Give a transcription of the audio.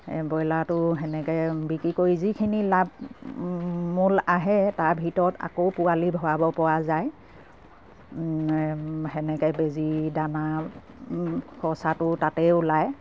ব্ৰইলাৰটো সেনেকে বিক্ৰী কৰি যিখিনি লাভ মূল আহে তাৰ ভিতৰত আকৌ পোৱালি ভৰাব পৰা যায় সেনেকে বেজি দানাৰ খৰচাটো তাতেই ওলায়